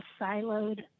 siloed